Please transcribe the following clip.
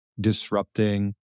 disrupting